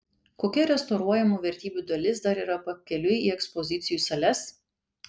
kokia restauruojamų vertybių dalis dar yra pakeliui į ekspozicijų sales